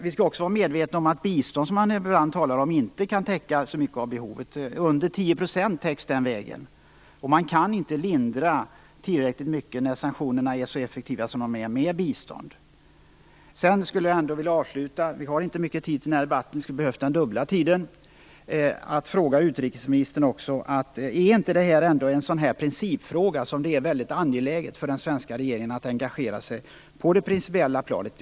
Vi skall också vara medvetna om att bistånd, som man ibland talar om, inte kan täcka så mycket av behovet. Under 10 % täcks den vägen. Man kan inte lindra tillräckligt mycket med bistånd när sanktionerna är så effektiva. Vi har inte mycket tid för den här debatten. Vi skulle ha behövt den dubbla tiden. Jag vill avslutningsvis fråga utrikesministern: Är ändå inte det här en sådan principfråga som det är mycket angeläget för den svenska regeringen att engagera sig i, på det principiella planet?